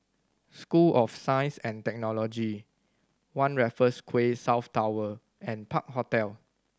School of Science and Technology One Raffles Quay South Tower and Park Hotel